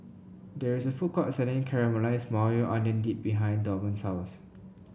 there is a food court selling Caramelized Maui Onion Dip behind Dorman's house